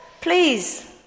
please